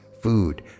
food